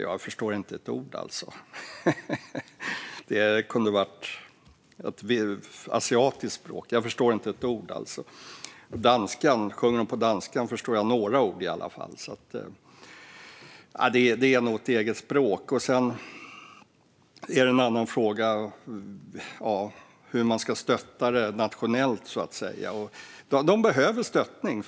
Jag förstår inte ett ord. Det kunde ha varit ett asiatiskt språk. När hon sjunger på danska förstår jag i alla fall några ord. Nej, det är nog ett eget språk. En annan fråga är hur man ska stötta älvdalska nationellt. Det behövs faktiskt stöttning.